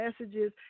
messages